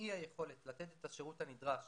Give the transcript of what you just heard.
מאי היכולת לתת את השירות הנדרש